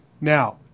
Now